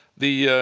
the